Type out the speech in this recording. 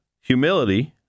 humility